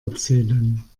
erzählen